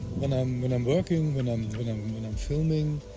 when i'm when i'm working, when i'm, when i'm when i'm filming,